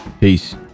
peace